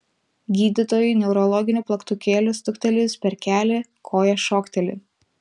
gydytojui neurologiniu plaktukėliu stuktelėjus per kelį koja šokteli